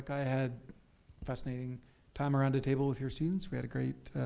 i had fascinating time around a table with your students. we had a great,